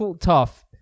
tough